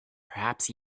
perhaps